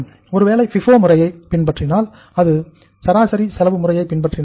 ஒருவேளை FIFO முறையை பின்பற்றலாம் அல்லது சராசரி செலவு முறையை பின்பற்றலாம்